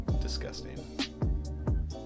Disgusting